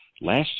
Last